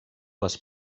les